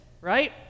right